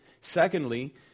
Secondly